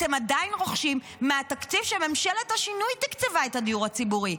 אתם עדיין רוכשים מהתקציב שממשלת השינוי תקצבה את דיור הציבורי.